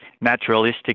naturalistic